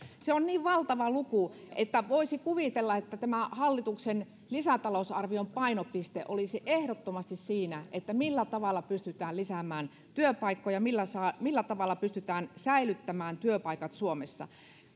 se on niin valtava luku että voisi kuvitella että tämä hallituksen lisätalousarvion painopiste olisi ehdottomasti siinä millä tavalla pystytään lisäämään työpaikkoja millä tavalla pystytään säilyttämään työpaikat suomessa